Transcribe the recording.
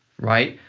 right?